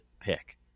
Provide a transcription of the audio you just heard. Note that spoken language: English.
pick